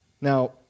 Now